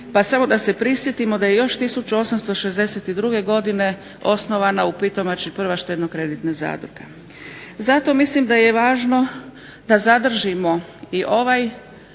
pa samo da se prisjetimo da je još 1862. godine osnovana u Pitomači prva štedno-kreditna zadruga. Zato mislim da je važno da zadržimo i ovaj